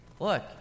Look